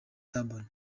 suburb